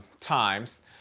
times